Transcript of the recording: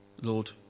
Lord